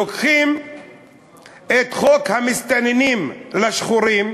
לוקחים את חוק המסתננים לשחורים,